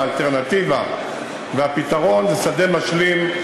האלטרנטיבה והפתרון הם שדה משלים,